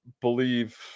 believe